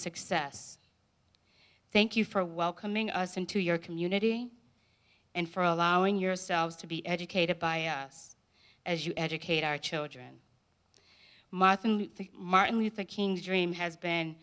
success thank you for welcoming us into your community and for allowing yourselves to be educated by us as you educate our children martin martin luther king's dream has been